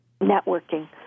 networking